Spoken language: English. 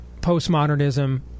postmodernism